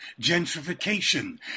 gentrification